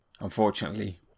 Unfortunately